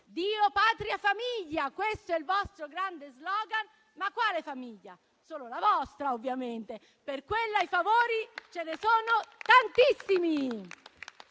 Dio, patria e famiglia. Questo è il vostro grande *slogan*. Ma quale famiglia? Solo la vostra, ovviamente; per quella di favori ce ne sono tantissimi.